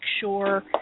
sure